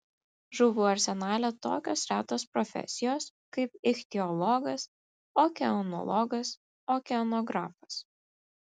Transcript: žuvų arsenale tokios retos profesijos kaip ichtiologas okeanologas okeanografas